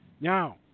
Now